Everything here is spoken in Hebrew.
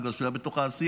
בגלל שהוא היה בתוך העשייה,